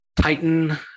Titan